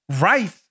Right